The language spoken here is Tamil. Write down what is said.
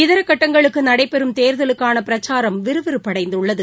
இதர கட்டங்களுக்கு நடைபெறும் தேர்தலுக்கான பிரச்சாரம் விறுவிறுப்படைந்துள்ளது